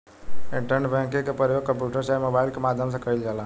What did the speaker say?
internet banking के परयोग computer चाहे मोबाइल के माध्यम से कईल जाला